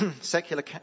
secular